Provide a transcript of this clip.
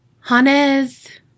Hannes